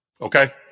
Okay